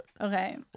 Okay